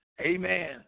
Amen